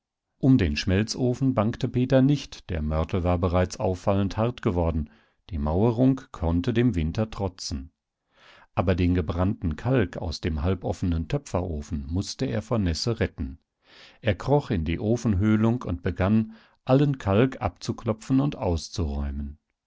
um den schmelzofen bangte peter nicht der mörtel war bereits auffallend hart geworden die mauerung konnte dem winter trotzen aber den gebrannten kalk aus dem halboffenen töpferofen mußte er vor nässe retten er kroch in die ofenhöhlung und begann allen kalk abzuklopfen und auszuräumen